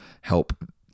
help